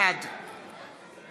בעד